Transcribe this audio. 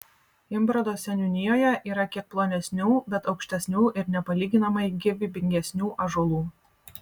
imbrado seniūnijoje yra kiek plonesnių bet aukštesnių ir nepalyginamai gyvybingesnių ąžuolų